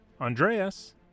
Andreas